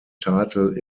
title